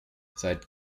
seit